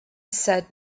said